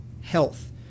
health